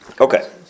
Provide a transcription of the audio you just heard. Okay